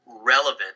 relevant